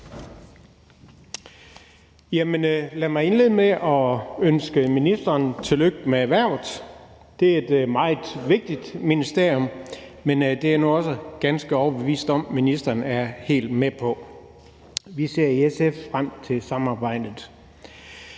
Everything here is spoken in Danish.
Lad mig indlede med at ønske ministeren tillykke med hvervet. Det er et meget vigtigt ministerium, men det er jeg nu også ganske overbevist om at ministeren er helt med på. Vi ser i SF frem til samarbejdet.